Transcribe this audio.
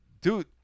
dude